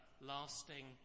lasting